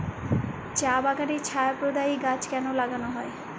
চা বাগানে ছায়া প্রদায়ী গাছ কেন লাগানো হয়?